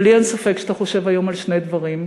ולי אין ספק שאתה חושב היום על שני דברים,